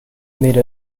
made